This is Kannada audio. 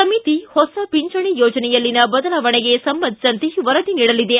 ಸಮಿತಿ ಹೊಸ ಪಿಂಚಣಿ ಯೋಜನೆಯಲ್ಲಿನ ಬದಲಾವಣೆಗೆ ಸಂಬಂಧಿಸಿದಂತೆ ವರದಿ ನೀಡಲಿದೆ